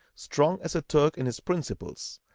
strong as a turk in his principles,